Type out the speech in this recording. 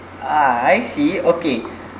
ah I see okay